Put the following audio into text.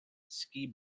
ski